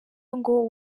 ngo